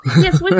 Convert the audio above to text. Yes